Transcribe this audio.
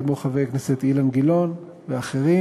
כמו חבר הכנסת אילן גילאון ואחרים,